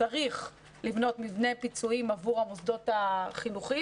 צריך לבנות מבנה פיצויים עבור המוסדות החינוכיים.